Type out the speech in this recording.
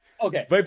Okay